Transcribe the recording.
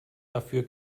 dafür